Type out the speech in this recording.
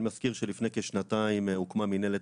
אני מזכיר שלפני כשנתיים הוקמה מינהלת